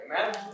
Amen